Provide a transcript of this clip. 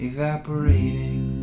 Evaporating